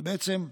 בעצם,